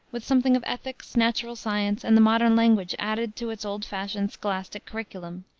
with something of ethics, natural science and the modern languages added to its old-fashioned, scholastic curriculum,